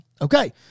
Okay